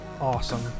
awesome